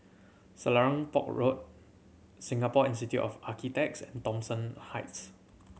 Selarang Park Road Singapore Institute of Architects and Thomson Heights